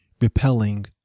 repelling